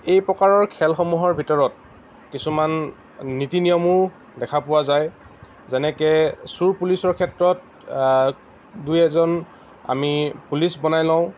এইপ্ৰকাৰৰ খেলসমূহৰ ভিতৰত কিছুমান নীতি নিয়মো দেখা পোৱা যায় যেনেকৈ চোৰ পুলিচৰ ক্ষেত্ৰত দুই এজন আমি পুলিচ বনাই লওঁ